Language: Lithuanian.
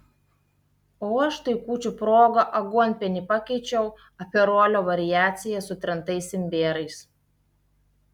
o aš tai kūčių proga aguonpienį pakeičiau aperolio variacija su trintais imbierais